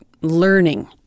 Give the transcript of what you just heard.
learning